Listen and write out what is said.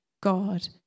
God